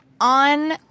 on